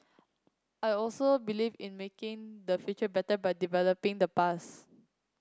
I also believe in making the future better by developing the bus